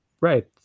right